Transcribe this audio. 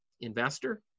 investor